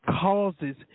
causes